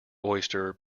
oyster